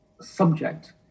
subject